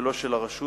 ולא של הרשות,